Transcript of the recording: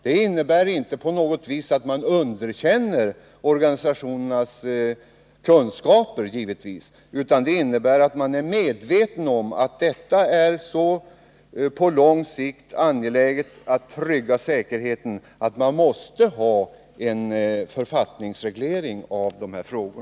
Det innebär givetvis inte på något sätt att man underkänner organisationernas kunskaper, utan det innebär att man är medveten om att det på lång sikt är så angeläget att trygga säkerheten att man måste ha en författningsreglering av dessa frågor.